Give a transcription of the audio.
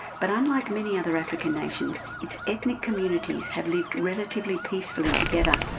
but unlike many other african nations, its ethnic communities have lived relatively peacefully together.